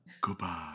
goodbye